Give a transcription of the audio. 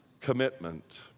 commitment